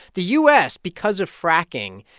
the u s, because of fracking,